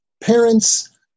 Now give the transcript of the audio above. parents